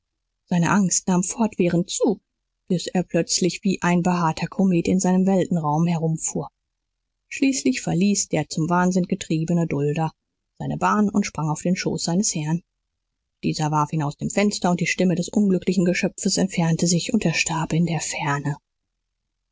seine angst nahm fortwährend zu bis er plötzlich wie ein behaarter komet in seinem weltenraum herumfuhr schließlich verließ der zum wahnsinn getriebene dulder seine bahn und sprang auf den schoß seines herrn dieser warf ihn aus dem fenster und die stimme des unglücklichen geschöpfes entfernte sich und erstarb in der ferne